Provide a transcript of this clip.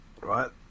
right